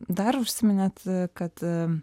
dar užsiminėt kad